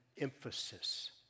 emphasis